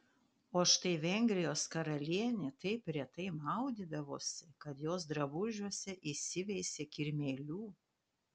o štai vengrijos karalienė taip retai maudydavosi kad jos drabužiuose įsiveisė kirmėlių